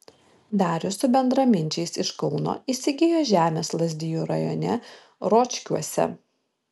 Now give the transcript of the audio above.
darius su bendraminčiais iš kauno įsigijo žemės lazdijų rajone ročkiuose